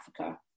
Africa